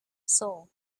soul